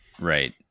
Right